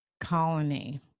colony